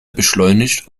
beschleunigt